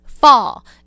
Fall